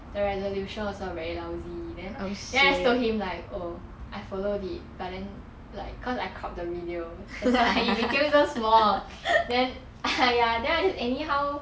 the resolution also very lousy then then I just told him like oh I follow the but then like cause I cropped the video that's why it became so small then ya then I just anyhow